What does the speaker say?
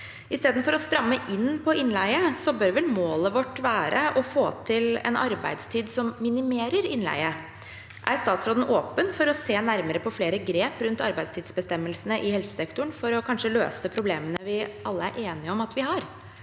I stedet for å stramme inn på innleie bør vel målet vårt være å få til en arbeidstid som minimerer innleie. Er statsråden åpen for å se nærmere på flere grep rundt arbeidstidsbestemmelsene i helsesektoren for kanskje å løse problemene vi alle er enige om at vi har?